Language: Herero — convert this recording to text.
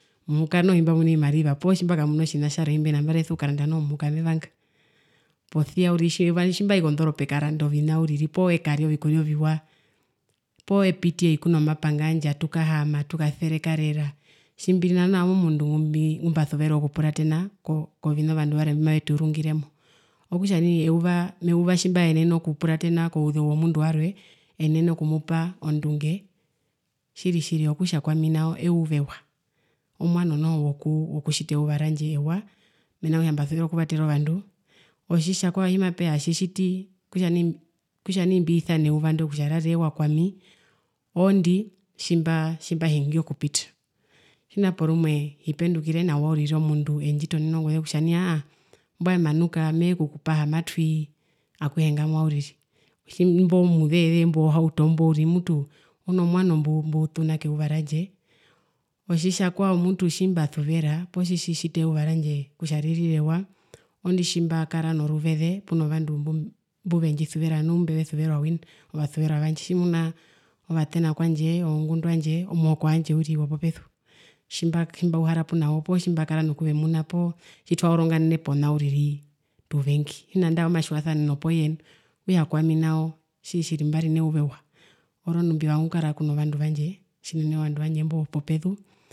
Muhuka noho tjimbamunu otjimariva poo tjimbakamuna otjina tjatrwe tjimbihina mbari ameso kukaranda noho muhuka mevanga posia euva tjimbai kondoropa ekaranda poo ekarya ovikurya oviwa poo epiti ei kuno mapanga yandje atukahaama atukaserekarera tjimbiri nao noho owami omundu ngumbii ngumbasuvera okupuratena ko kovina ovandu varwe mumavetuurungiremo okutja nai euva meuva tjimbaenene okupuratena kouzeu womundu warwe eenene okumupe ondunge tjiri tjiri okutja kwami nao euva ewa omwano noho wokutjita eyuva randje ewa mena rokutja mbasuvera okuvatera ovandu, otjitjakwa tjimapeya atjitjiti kutja kutja nai mbisane kutja euva ndo rari euva ewa orondi tjimbahingi okupita tjina porumwe hipendukire nawa uriri omundu tje ndji tonene okutja nai aahaa mbwae manuka matwii pi akuhe ngamwa uriri imbo muzeze wohauto mbo uriri mbo mutu uno mwano mbutuna keuva randje otjitja kwao mutu tjimbasuvera poo tjitjita euva randje kutja rire ewa oondi tjimbakara noruveze puno vandu vandje mbuvendjisuvera nu mbumbesuvera wina tjimuna ovatena kwandje ozongundwandje omuhoko wandje uriri wopopezu tjimba tjimbauhara punawo poo tjimbakara nokuvemuna poo tjitwaoronganene pona uriri tuvengi tjina andae omatjiwasaneno pooye nu okutja kwami nao tjiri tjiri nao mbari neyuva ewa orondu mbivanga okukara kuno vandu vandje tjinene ovandu vandje imba wopopezu.